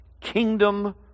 kingdom